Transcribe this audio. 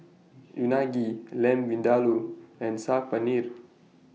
Unagi Lamb Vindaloo and Saag Paneer